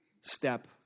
step